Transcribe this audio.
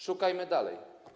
Szukajmy dalej.